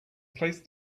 placed